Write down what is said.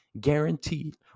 guaranteed